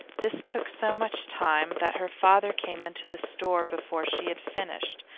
this took so much time that her father came into the store before she had finished,